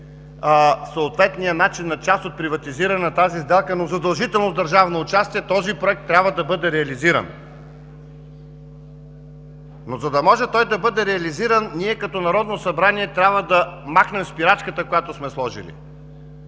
съответния начин на част от приватизиране на тази сделка, но задължително с държавно участие, този Проект трябва да бъде реализиран. (Шум и реплики.) За да може да бъде реализиран, ние, като Народно събрание, трябва да махнем спирачката, която сме сложили.